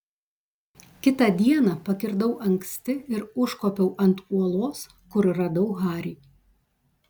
kitą dieną pakirdau anksti ir užkopiau ant uolos kur radau harį